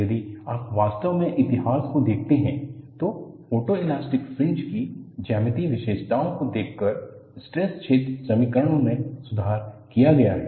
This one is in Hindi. यदि आप वास्तव में इतिहास को देखते हैं तो फोटोइलास्टिक फ्रिंज की ज्यामितीय विशेषताओं को देखकर स्ट्रेस क्षेत्र समीकरणों में सुधार किया गया है